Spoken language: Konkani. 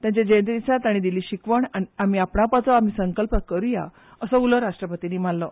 तांच्या जयंतेदिसा ताणी दिल्ली शिकवण आमी आपणावपाचो आमी संकल्प करया असो उलो राष्ट्रपतींनी माल्लो